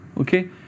okay